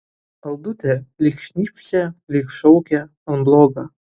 aldute lyg šnypštė lyg šaukė man bloga